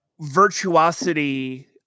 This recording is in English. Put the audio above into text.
virtuosity